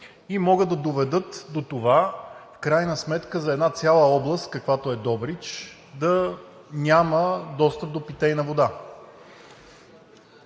и могат да доведат до това в крайна сметка за една цяла област, каквато е Добрич, да няма достъп до питейна вода.